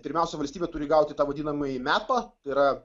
pirmiausia valstybė turi gauti tą vadinamąjį mepą tai yra